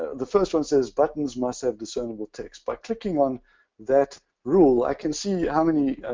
the first one says buttons must have discernable text. by clicking on that rule, i can see how many,